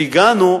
הגענו,